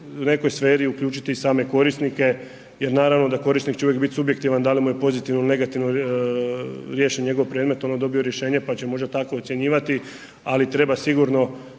u nekoj sferi uključiti i same korisnike jer naravno da korisnik će uvijek bit subjektivan da li mu je pozitivno ili negativno riješen njegov predmet, ono dobio rješenje pa će možda tako ocjenjivati ali treba sigurno